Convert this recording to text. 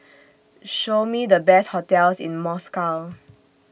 Show Me The Best hotels in Moscow